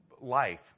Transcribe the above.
life